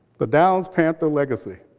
the downs panther legacy.